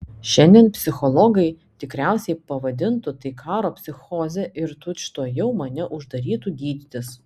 šiandien psichologai tikriausiai pavadintų tai karo psichoze ir tučtuojau mane uždarytų gydytis